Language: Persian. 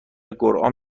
قران